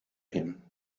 him